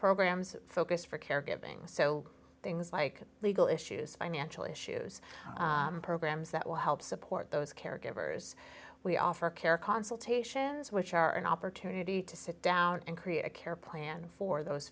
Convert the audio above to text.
programs focus for caregiving so things like legal issues financial issues programs that will help support those caregivers we offer care consultations which are an opportunity to sit down and create a care plan for those